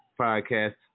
Podcast